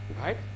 Right